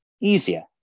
easier